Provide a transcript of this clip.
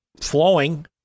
flowing